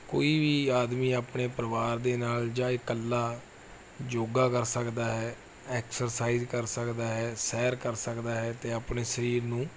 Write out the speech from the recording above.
ਕੋਈ ਵੀ ਆਦਮੀ ਆਪਣੇ ਪਰਿਵਾਰ ਦੇ ਨਾਲ ਜਾਂ ਇਕੱਲਾ ਯੋਗਾ ਕਰ ਸਕਦਾ ਹੈ ਐਕਸਰਸਾਈਜ਼ ਕਰ ਸਕਦਾ ਹੈ ਸੈਰ ਕਰ ਸਕਦਾ ਹੈ ਅਤੇ ਆਪਣੇ ਸਰੀਰ ਨੂੰ